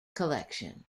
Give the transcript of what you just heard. collection